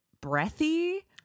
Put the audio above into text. breathy